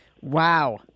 Wow